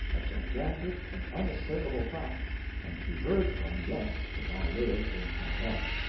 a gigantic and unassailable fact and to be heard from, yet, if i lived and had luck.